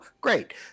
Great